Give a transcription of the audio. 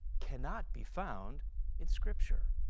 cannot be found in scripture.